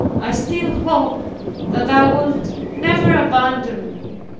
i still hope that thou wilt never abandon me.